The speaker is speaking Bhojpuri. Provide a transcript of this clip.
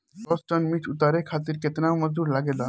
दस टन मिर्च उतारे खातीर केतना मजदुर लागेला?